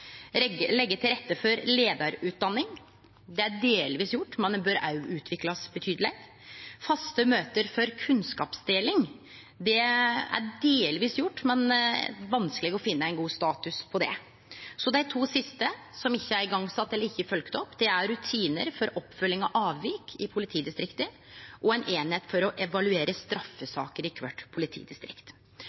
til rette for leiarutdanning – det er delvis gjort, men det bør utviklast betydeleg faste møte for kunnskapsdeling – det er delvis gjort, men er vanskeleg å finne ein god status på Dei to siste, som ikkje er sette i gang eller ikkje er følgde opp, er rutinar for oppfølging av avvik i politidistrikta ei eining i alle politidistrikt for å evaluere straffesaker